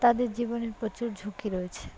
তাদের জীবনের প্রচুর ঝুঁকি রয়েছে